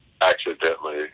accidentally